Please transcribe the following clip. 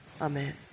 Amen